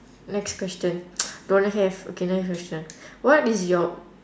next question don't have okay next question what is your